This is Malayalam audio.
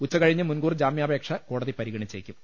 ഉച്ചകഴിഞ്ഞ് മുൻകൂർ ജാമ്യാ പേക്ഷ കോടതി പരിഗണിച്ചേക്കും